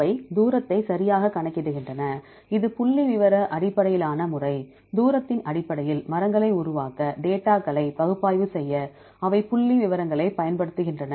அவை தூரத்தை சரியாகக் கணக்கிடுகின்றன இது புள்ளிவிவர அடிப்படையிலான முறை தூரத்தின் அடிப்படையில் மரங்களை உருவாக்க டேட்டாகளை பகுப்பாய்வு செய்ய அவை புள்ளிவிவரங்களைப் பயன்படுத்துகின்றன